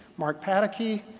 mark pataky,